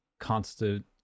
constant